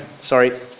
Sorry